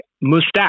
mustache